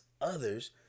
others